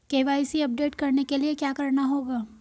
KYC update करने के लिए क्या करना होगा?